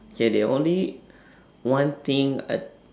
okay the only one thing I